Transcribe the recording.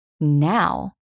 now